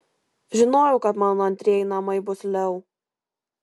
žinojau kad mano antrieji namai bus leu